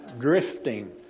drifting